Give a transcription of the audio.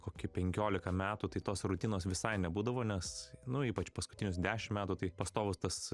kokie penkiolika metų tai tos rutinos visai nebūdavo nes nu ypač paskutinius dešimt metų tai pastovus tas